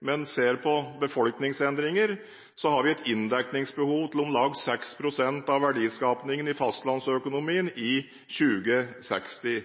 men ser på befolkningsendringer, har vi et inndekningsbehov på om lag 6 pst. av verdiskapningen i fastlandsøkonomien i 2060.